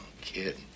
Kid